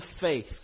faith